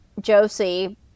Josie